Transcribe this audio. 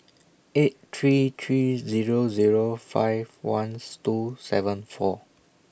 eight three three Zero Zero five Ones two seven four